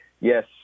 yes